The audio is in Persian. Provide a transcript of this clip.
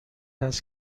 هست